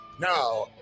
now